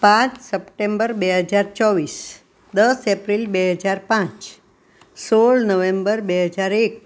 પાંચ સપ્ટેમ્બર બે હજાર ચોવીસ દસ એપ્રિલ બે હજાર પાંચ સોળ નવેમ્બર બે હજાર એક